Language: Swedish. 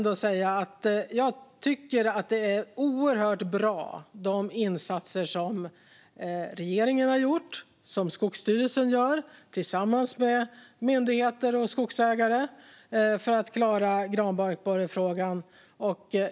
Det är ändå oerhört bra med de insatser som regeringen har gjort och som Skogsstyrelsen gör tillsammans med myndigheter och skogsägare för att klara granbarkborrefrågan.